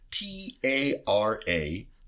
T-A-R-A